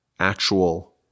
Actual